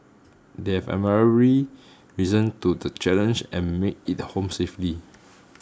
they have risen to the challenge and made it home safely